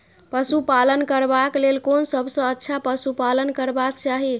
पशु पालन करबाक लेल कोन सबसँ अच्छा पशु पालन करबाक चाही?